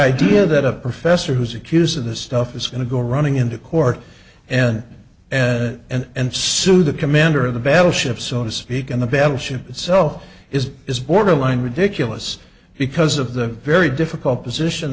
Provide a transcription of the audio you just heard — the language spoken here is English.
idea that a professor who's accused of this stuff is going to go running into court and and and sue the commander of the battleship so to speak and the battleship itself is is borderline ridiculous because of the very difficult position